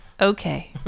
Okay